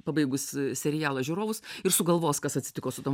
pabaigus serialą žiūrovus ir sugalvos kas atsitiko su tom